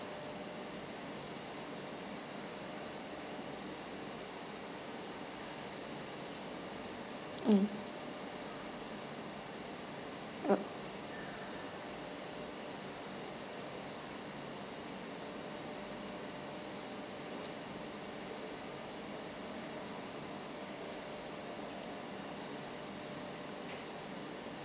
mm oh